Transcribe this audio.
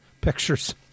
pictures